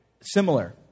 Similar